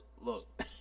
look